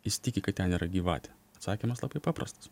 jis tiki kad ten yra gyvatė atsakymas labai paprastas